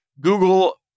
Google